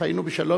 חיינו בשלום,